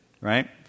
right